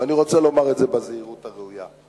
ואני רוצה לומר את זה בזהירות הראויה,